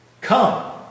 Come